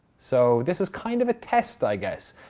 so this is kind of a test i guess.